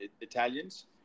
Italians